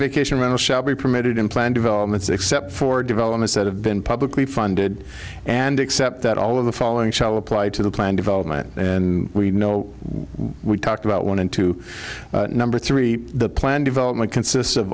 vacation rental shall be permitted in plan developments except for developments that have been publicly funded and accept that all of the following shall apply to the plan development and we know we talked about one and two number three the plan development consists of